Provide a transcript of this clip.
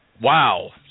Wow